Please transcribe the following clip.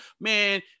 man